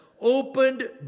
opened